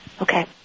Okay